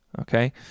okay